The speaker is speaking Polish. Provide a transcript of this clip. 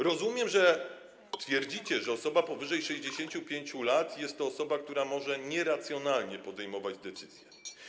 Rozumiem, że twierdzicie, że osoba powyżej 65 lat to osoba, która może nieracjonalnie podejmować decyzje.